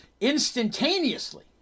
instantaneously